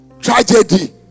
Tragedy